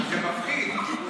זה מפחיד.